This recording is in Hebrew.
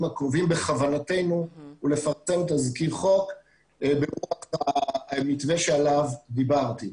הקרובים בכוונתנו לפרסם תזכיר חוק ברוח המתווה שעליו דיברתי.